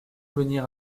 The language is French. venir